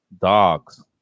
Dogs